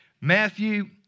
Matthew